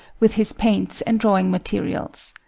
with his paints and drawing materials.